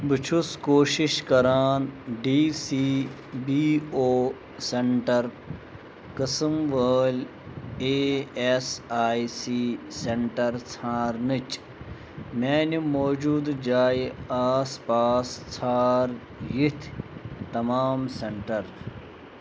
بہٕ چھُس کوٗشِش کران D C B O centre قٕسم وٲلۍ A S I C centre ژھارنٕچ میٛانہِ موجوٗدٕ جایہِ آس پاس ژھار یِتھۍ تمام سٮ۪نٛٹَر